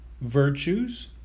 virtues